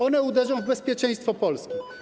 One uderzą w bezpieczeństwo Polski.